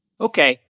Okay